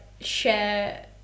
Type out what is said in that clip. share